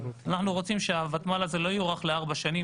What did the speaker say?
אנחנו רוצים שהוותמ"ל הזה לא יוארך לארבע שנים,